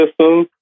system